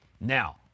Now